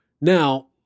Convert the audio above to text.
now